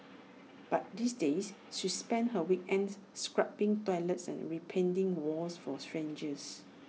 but these days she spends her weekends scrubbing toilets and repainting walls for strangers